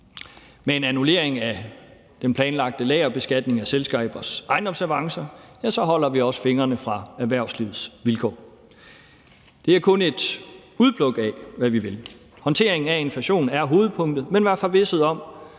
Med en annullering af den planlagte lagerbeskatning af selskabers ejendomsavancer holder vi også fingrene fra erhvervslivets vilkår. Det er kun et udpluk af, hvad vi vil. Håndteringen af inflationen er hovedpunktet, men vær forvisset om,